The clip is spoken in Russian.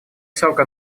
срока